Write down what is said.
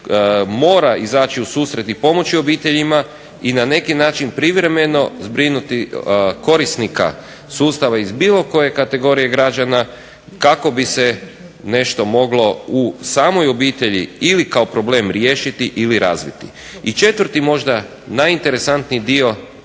mora izaći u susret i pomoći obiteljima i na neki način privremeno zbrinuti korisnika sustava iz bilo koje kategorije građana kako bi se nešto moglo u samoj obitelji ili kao problem riješiti ili razviti. I četvrti, možda najinteresantniji dio